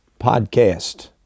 podcast